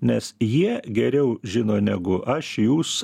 nes jie geriau žino negu aš jus